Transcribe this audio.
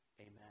Amen